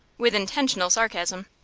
with intentional sarcasm,